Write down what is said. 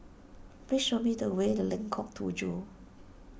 please show me the way Lengkong Tujuh